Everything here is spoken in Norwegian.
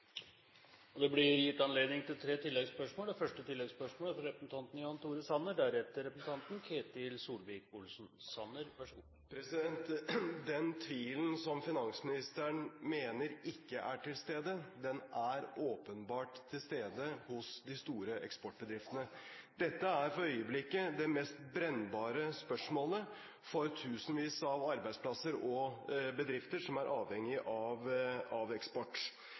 Det blir gitt anledning til tre oppfølgingsspørsmål – først Jan Tore Sanner. Den tvilen som finansministeren mener ikke er til stede, er åpenbart til stede hos de store eksportbedriftene. Dette er for øyeblikket det mest brennbare spørsmålet for tusenvis av arbeidsplasser og bedrifter som er avhengig av eksport.